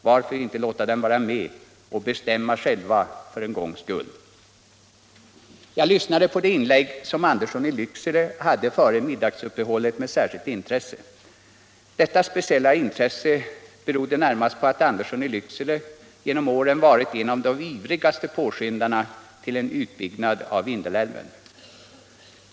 Varför inte låta dem vara med och bestämma själva för en gångs skull? Jag lyssnade med särskilt intresse på det inlägg som herr Andersson i Lycksele gjorde före middagsuppehållet. Detta speciella intresse berodde närmast på att herr Andersson i Lycksele genom åren varit en av de ivrigaste påskyndarna av en utbyggnad av Vindelälven.